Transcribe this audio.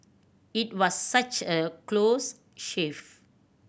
it was such a close shave